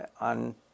on